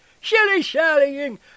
shilly-shallying